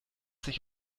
sich